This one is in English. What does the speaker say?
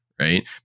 Right